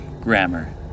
Grammar